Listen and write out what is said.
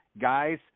Guys